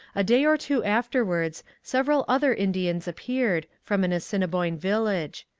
a day or two afterwards several other indians appeared, from an assiniboine village.